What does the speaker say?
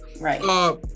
Right